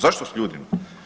Zašto s ljudima?